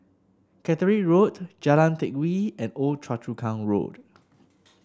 Caterick Road Jalan Teck Whye and Old Choa Chu Kang Road